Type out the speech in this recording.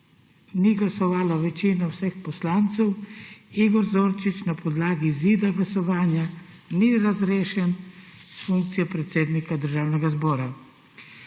ni glasovala večina vseh poslancev, Igor Zorčič na podlagi izida glasovanja ni razrešen s funkcije predsednika Državnega zbora.